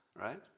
right